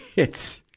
it's,